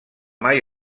mai